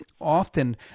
Often